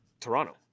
Toronto